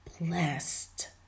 blessed